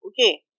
okay